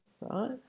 right